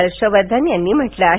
हर्षवर्धन यांनी म्हटलं आहे